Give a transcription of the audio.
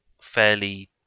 fairly